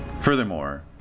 furthermore